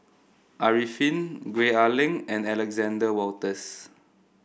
Arifin Gwee Ah Leng and Alexander Wolters